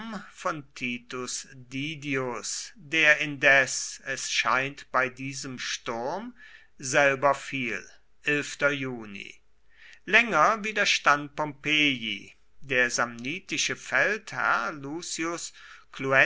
didius der indes es scheint bei diesem sturm selber viel länger widerstand pompeii der samnitische feldherr